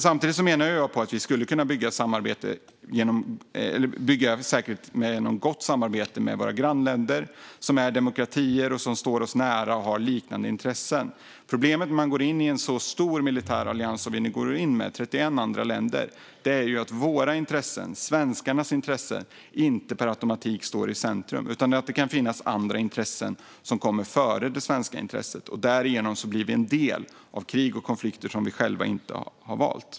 Samtidigt menar jag att vi skulle kunna bygga säkerhet genom gott samarbete med våra grannländer, som är demokratier och som står oss nära och har liknande intressen. Problemet när man går in i en så stor militär allians som den vi nu går in i - med 31 andra länder - är att våra intressen, svenskarnas intressen, inte per automatik står i centrum. Det kan finnas andra intressen som kommer före de svenska intressena, och därigenom blir vi en del av krig och konflikter som vi själva inte har valt.